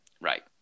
Right